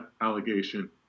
allegation